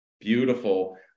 Beautiful